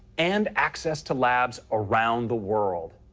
and access to labs around the world.